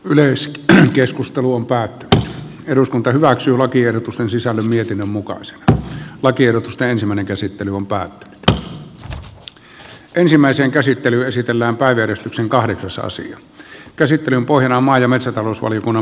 yleensä tähän keskusteluun päätti eduskunta hyväksyy lakiehdotusten sisällön mietinnön mukaan se että lakiehdotusta käsittelyn pohjana on päät jo ensimmäisen käsittely esitellään kaderistyksen kahdeksas asian käsittelyn maa ja metsätalousvaliokunnan mietintö